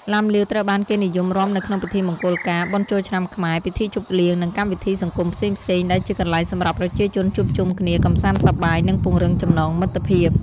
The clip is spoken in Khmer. ឡាំលាវត្រូវបានគេនិយមរាំនៅក្នុងពិធីមង្គលការ បុណ្យចូលឆ្នាំខ្មែរ ពិធីជប់លៀង និងកម្មវិធីសង្គមផ្សេងៗ ដែលជាកន្លែងសម្រាប់ប្រជាជនជួបជុំគ្នា កម្សាន្តសប្បាយ និងពង្រឹងចំណងមិត្តភាព។